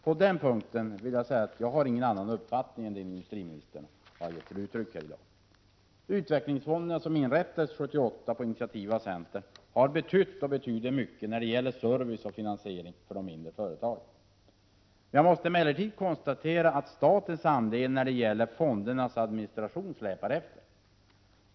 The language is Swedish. På den punkten har jag ingen annan uppfattning än den industriministern har gett uttryck för här i dag. Utvecklingsfonderna, som inrättades 1978 på initiativ av centern, har betytt och betyder mycket när det gäller service och finansiering för de mindre företagen. Jag måste emellertid konstatera att statens andel när det gäller fondernas administration släpar efter.